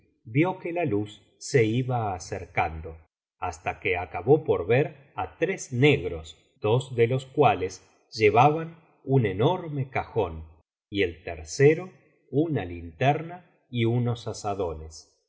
vio que la luz se iba acercando hasta que acabó por ver á tres negros dos de los cuales llevaban un enorme cajón y el tercero una linterna y unos azadones